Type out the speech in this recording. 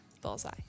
bullseye